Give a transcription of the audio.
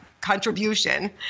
contribution